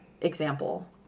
example